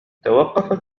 توقفت